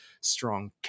strong